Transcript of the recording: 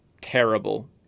terrible